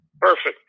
Perfect